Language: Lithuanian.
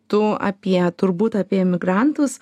tu apie turbūt apie migrantus